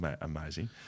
amazing